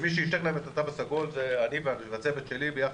ומי שאישר להם את התו הסגול זה אני והצוות שלי ביחד.